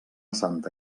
santa